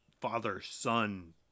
father-son